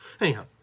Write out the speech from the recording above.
Anyhow